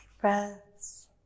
breaths